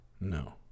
No